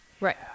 Right